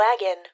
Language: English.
wagon